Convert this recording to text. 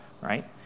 right